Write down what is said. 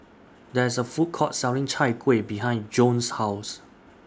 There IS A Food Court Selling Chai Kuih behind Joan's House